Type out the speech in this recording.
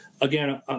again